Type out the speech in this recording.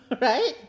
right